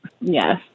Yes